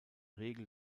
regel